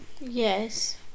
yes